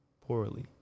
poorly